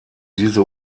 diese